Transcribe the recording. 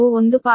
266 ಮತ್ತು j0